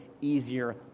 easier